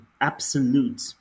absolute